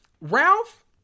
Ralph